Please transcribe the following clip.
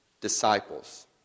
disciples